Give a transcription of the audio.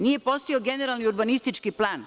Nije postojao generalni urbanistički plan.